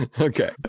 Okay